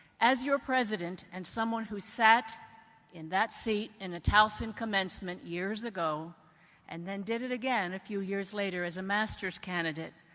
as your president and someone who sat in that seat in a towson commencement years ago and then did it again, a few years later, as a masters candidate,